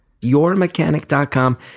Yourmechanic.com